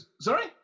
Sorry